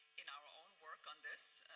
in our own work on this,